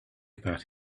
about